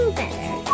better